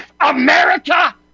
America